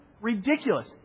Ridiculous